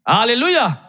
Hallelujah